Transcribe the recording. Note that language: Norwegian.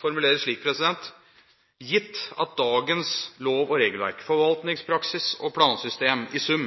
formuleres slik: Gitt at dagens lov- og regelverk, forvaltningspraksis og plansystem i sum